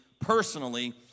personally